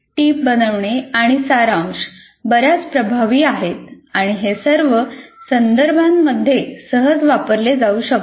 टीप बनवणे आणि सारांश बरेच प्रभावी आहेत आणि हे सर्व संदर्भांमध्ये सहज वापरले जाऊ शकते